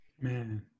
man